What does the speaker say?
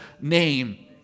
name